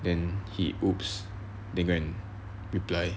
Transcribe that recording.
then he !oops! then go and reply